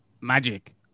Magic